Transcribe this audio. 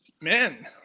man